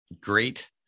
great